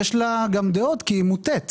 יש לה גם דעות כי היא מוטית.